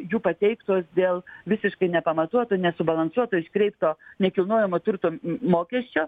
jų pateiktos dėl visiškai nepamatuoto nesubalansuoto iškreipto nekilnojamo turto mokesčio